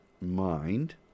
mind